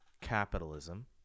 capitalism